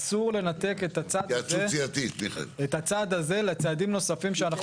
אסור לנתק את הצעד הזה לצעדים נוספים שאנחנו